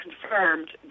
confirmed